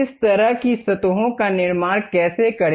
इस तरह की सतहों का निर्माण कैसे करें